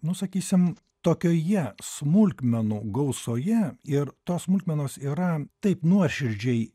nu sakysim tokioje smulkmenų gausoje ir tos smulkmenos yra taip nuoširdžiai